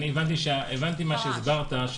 הבנתי מה שהסברת,